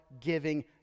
giving